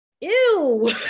ew